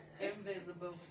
invisible